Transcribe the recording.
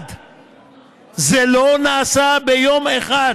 זה לא נעשה ביום אחד.